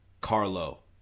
Carlo